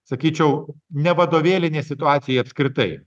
sakyčiau ne vadovėlinė situacija apskritai